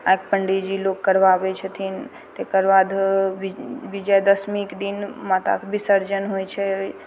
आइके पंडीजी लोग करवावै छथिन तेकर बाद बिजयदश्मीके दिन माताके बिसर्जन होइ छै